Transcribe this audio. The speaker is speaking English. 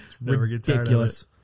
Ridiculous